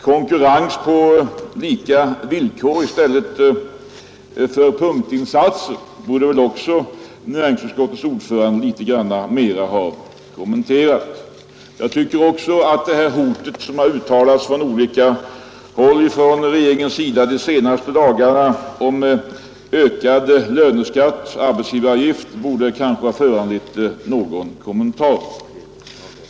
Konkurrens på lika villkor i stället för punktinsatser borde väl också näringsutskottets ordförande mera ha kommenterat. Jag anser också att det hot om ökad löneskatt, alltså höjd arbetsgivaravgift, som uttalats från olika håll inom regeringen under de senaste dagarna kanske borde ha föranlett någon kommentar.